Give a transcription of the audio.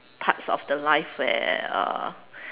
parts of the life where uh